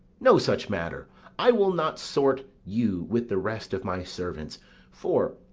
no such matter i will not sort you with the rest of my servants for,